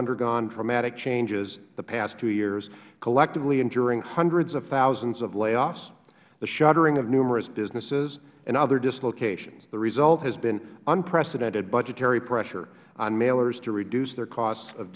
undergone dramatic changes the past two years collectively enduring hundreds of thousands of layoffs the shuttering of numerous businesses and other dislocations the result has been unprecedented budgetary pressure on mailers to reduce their costs of